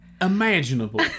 Imaginable